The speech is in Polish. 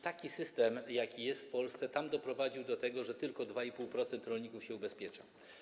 Taki system, jaki jest w Polsce, tam doprowadził do tego, że tylko 2,5% rolników się ubezpiecza.